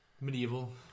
Medieval